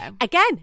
Again